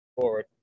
forward